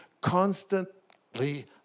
constantly